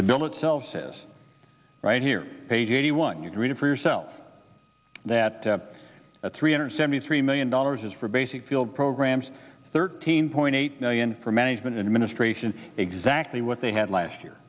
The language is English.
the bill itself says right here page eighty one you can read it for yourself that three hundred seventy three million dollars is for basic field programs thirteen point eight million for management administration exactly what they had last year